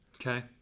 Okay